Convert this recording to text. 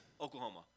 Oklahoma